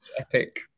epic